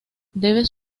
debe